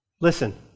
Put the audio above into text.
Listen